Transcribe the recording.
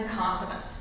confidence